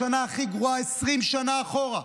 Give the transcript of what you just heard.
השנה הכי גרועה 20 שנה אחורה.